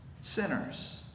sinners